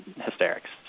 hysterics